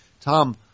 Tom